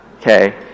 okay